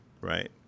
right